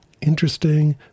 interesting